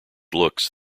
looks